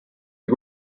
the